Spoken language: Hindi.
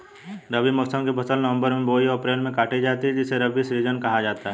रबी मौसम की फसल नवंबर में बोई और अप्रैल में काटी जाती है जिसे रबी सीजन कहा जाता है